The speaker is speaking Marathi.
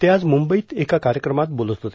ते आज म्रंबईत एका कार्यक्रमात बोलत होते